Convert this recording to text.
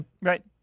Right